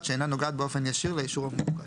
שאינה נוגעת באופן ישיר לאישור המבוקש.